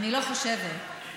חברת הכנסת נחמיאס ורבין,